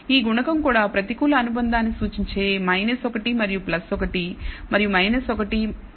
ఈ గుణకం కూడా ప్రతికూల అనుబంధాన్ని సూచించే 1 మరియు 1 మరియు 1 మధ్య ఉంటుంది